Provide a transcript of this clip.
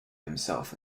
himself